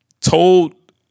told